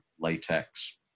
latex